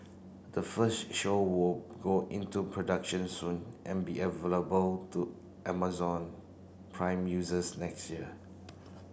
the first show will go into production soon and be available to Amazon Prime users next year